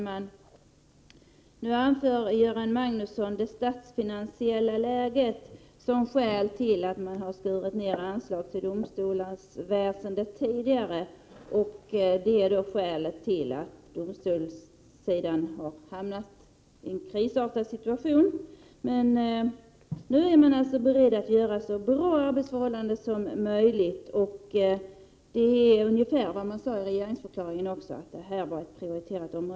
Herr talman! Göran Magnusson säger att det är statens finansiella läge som är skälet till den tidigare nedskärningen av anslaget till domstolsväsendet. Det skulle alltså vara orsaken till att domstolsväsendet har hamnat i en krisartad situation. Men nu är man alltså beredd att åstadkomma så bra arbetsförhållanden som möjligt. I regeringsförklaringen sades ju också att det här är ett prioriterat område.